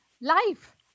life